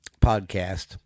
podcast